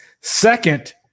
second